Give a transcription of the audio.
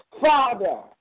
Father